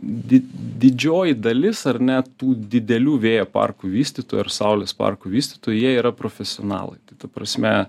di didžioji dalis ar ne tų didelių vėjo parkų vystytojų ar saulės parkų vystytojų jie yra profesionalai tai ta prasme